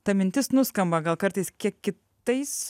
ta mintis nuskamba gal kartais kiek kitais